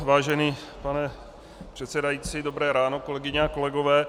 Vážený pane předsedající, dobré ráno, kolegyně a kolegové.